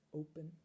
open